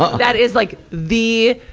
but that is like the,